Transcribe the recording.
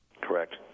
Correct